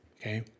Okay